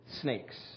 snakes